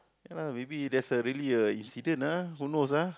ya lah maybe there's a really a incident ah who knows ah